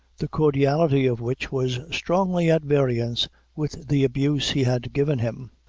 the cordiality of which was strongly at variance with the abuse he had given him.